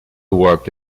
worked